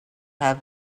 have